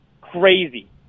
crazy